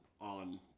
on